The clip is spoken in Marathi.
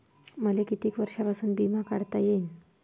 मले कितीक वर्षासाठी बिमा काढता येईन?